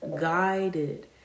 guided